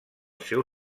seu